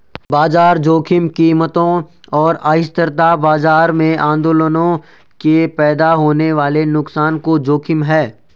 बाजार जोखिम कीमतों और अस्थिरता बाजार में आंदोलनों से पैदा होने वाले नुकसान का जोखिम है